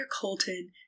Colton